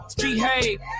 Behave